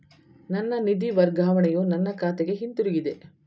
ನನ್ನ ನಿಧಿ ವರ್ಗಾವಣೆಯು ನನ್ನ ಖಾತೆಗೆ ಹಿಂತಿರುಗಿದೆ